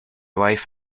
wife